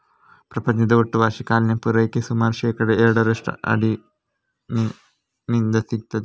ಪ್ರಪಂಚದ ಒಟ್ಟು ವಾರ್ಷಿಕ ಹಾಲಿನ ಪೂರೈಕೆಯ ಸುಮಾರು ಶೇಕಡಾ ಎರಡರಷ್ಟು ಆಡಿನಿಂದ ಸಿಗ್ತದೆ